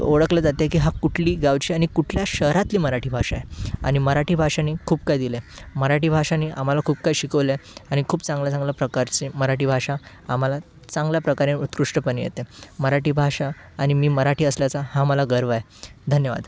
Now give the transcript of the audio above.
ओळखलं जातं आहे की हा कुठली गावची आणि कुठल्या शहरातली मराठी भाषा आहे आणि मराठी भाषानी खूप काय दिलं आहे मराठी भाषानी आम्हाला खूप काय शिकवलं आहे आणि खूप चांगलं चांगलं प्रकारचे मराठी भाषा आम्हाला चांगल्या प्रकारे उत्कृष्टपणे येते मराठी भाषा आणि मी मराठी असल्याचा हा मला गर्व आहे धन्यवाद